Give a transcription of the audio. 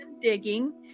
digging